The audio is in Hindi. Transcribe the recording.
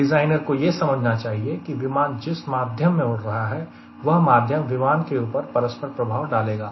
डिज़ाइनर को यह समझना चाहिए की विमान जिस माध्यम में उड़ रहा है वह माध्यम विमान के ऊपर परस्पर प्रभाव डालेगा